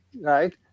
Right